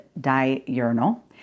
diurnal